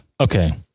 Okay